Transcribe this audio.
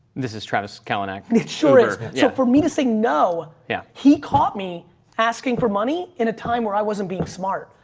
this is travis kaolin acne. it sure is. so for me to say no, yeah he called me asking for money in a time where i wasn't being smart,